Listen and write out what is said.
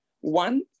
One